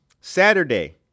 Saturday